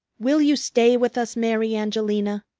will you stay with us, mary angelina?